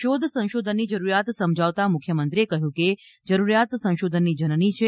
શોધ સંશોધનની જરૂરીયાત સમજાવતા મુખ્યમંત્રીએ કહ્યું કે જરૂરિયાત સંશોધનની જનની છે